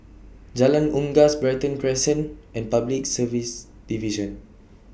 Jalan Unggas Brighton Crescent and Public Service Division